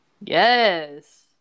Yes